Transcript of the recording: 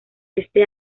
este